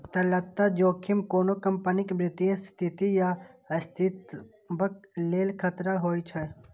तरलता जोखिम कोनो कंपनीक वित्तीय स्थिति या अस्तित्वक लेल खतरा होइ छै